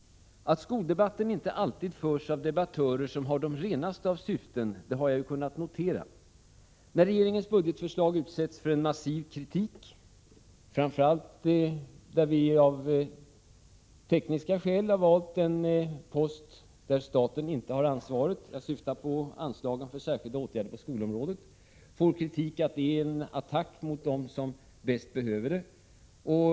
Att skoldebatten inte alltid förs av debattörer som har de renaste av syften har jag kunnat notera. Regeringens budgetförslag utsätts för en massiv kritik, framför allt på den punkt där vi av tekniska skäl har valt en post där staten inte har ansvaret — jag syftar på anslagen för särskilda åtgärder på skolområdet. Regeringen får kritik, och det sägs att det är en attack mot dem som bäst behöver stöd.